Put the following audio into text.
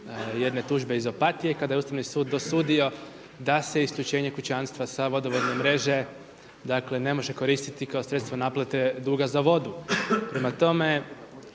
jedne tužbe iz Opatije kada je Ustavni sud dosudio da se isključenje kućanstva sa vodovodne mreže dakle ne može koristiti kao sredstvo naplate duga za vodu.